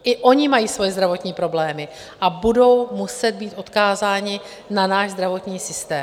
I oni mají svoje zdravotní problémy a budou muset být odkázáni na náš zdravotní systém.